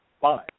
fine